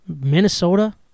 Minnesota